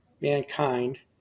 mankind